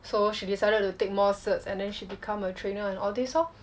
so she decided to take more certs and then she become a trainer and all these lor